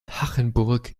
hachenburg